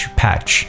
patch